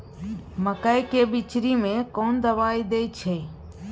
मकई के बिचरी में कोन दवाई दे छै?